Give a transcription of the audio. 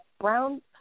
brown